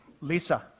lisa